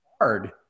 hard